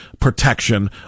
protection